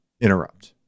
interrupt